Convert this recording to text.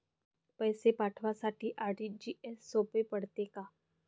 पैसे पाठवासाठी आर.टी.जी.एसचं सोप पडते का?